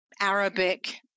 Arabic